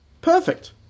Perfect